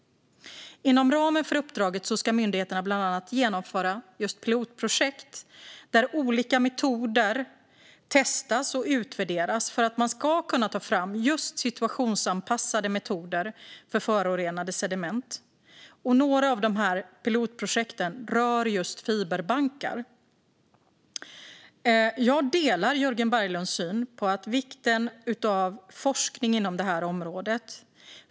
Inom ramen för uppdraget ska myndigheterna bland annat genomföra pilotprojekt där olika metoder testas och utvärderas för att man ska kunna ta fram situationsanpassade metoder för förorenade sediment. Några av pilotprojekten rör just fiberbankar. Jag delar Jörgen Berglunds syn på vikten av forskning inom området.